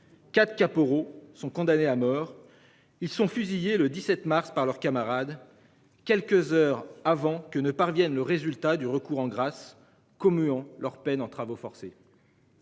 Quatre caporaux sont condamnés à mort. Ils sont fusillés le 17 mars par leurs camarades. Quelques heures avant que ne parvienne le résultat du recours en grâce commuant leur peine en travaux forcés.